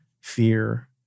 fear